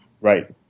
Right